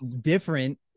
different